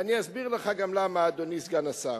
ואני אסביר לך גם למה, אדוני סגן השר.